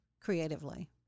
creatively